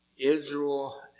Israel